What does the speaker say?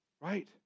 right